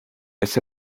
ese